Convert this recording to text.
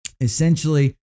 essentially